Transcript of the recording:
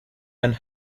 and